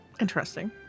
Interesting